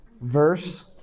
verse